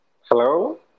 Hello